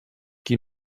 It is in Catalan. qui